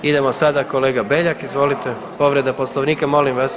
Idemo sada kolega Beljak, izvolite, povreda Poslovnika, molim vas.